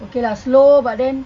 okay lah slow but then